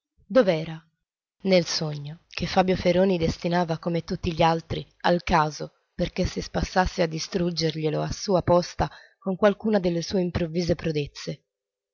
dov'era nel sogno che fabio feroni destinava come tutti gli altri al caso perché si spassasse a distruggerglielo a sua posta con qualcuna delle sue improvvise prodezze